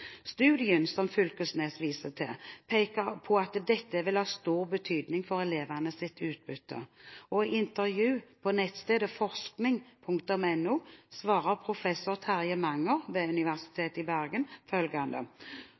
Studien som Knag Fylkesnes viser til, peker på at dette vil ha stor betydning for elevenes utbytte. I et intervju på nettstedet forskning.no sier professor Terje Manger ved Universitetet i Bergen